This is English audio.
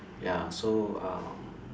ya so um